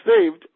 saved